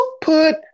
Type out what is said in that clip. put